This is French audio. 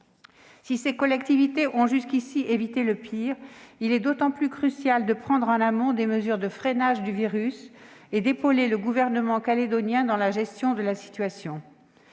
Si ces collectivités ont jusqu'ici évité le pire, il demeure crucial de prendre en amont des mesures de freinage du virus et d'épauler le gouvernement calédonien dans la gestion de la situation.